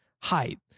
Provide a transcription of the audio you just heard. height